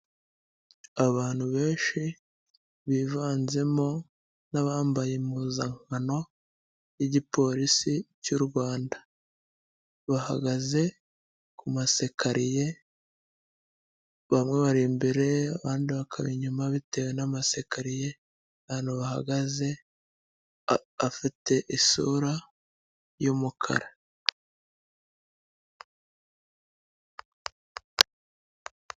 Abantu benshi bivanzemo n'abambaye impuzangano y'igipolisi cy'u Rwanda. Bahagaze ku masekariye, bamwe bariri imbere, abandi bakaba inyuma, bitewe n'amasekariye ahantu bahagaze, afite isura y'umukara.